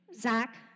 Zach